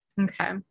okay